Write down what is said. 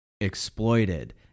exploited